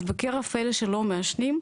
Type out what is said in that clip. אז בקרב אלה שלא מעשנים,